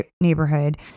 neighborhood